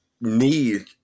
need